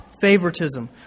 Favoritism